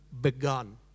begun